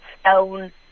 stone